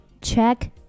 check